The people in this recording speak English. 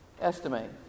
Estimate